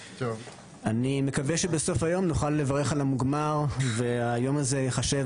אני מקווה שבסוף היום נוכל לברך על המוגמר והיום הזה ייחשב